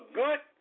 good